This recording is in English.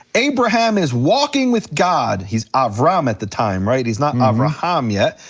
abraham is walking with god, he's avram at the time, right, he's not not abraham yet.